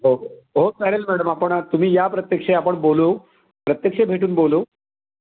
हो हो हो चालेल मॅडम आपण तुम्ही या प्रत्यक्ष आपण बोलू प्रत्यक्ष भेटून बोलू